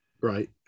Right